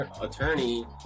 attorney